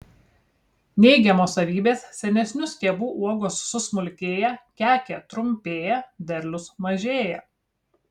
neigiamos savybės senesnių stiebų uogos susmulkėja kekė trumpėja derlius mažėja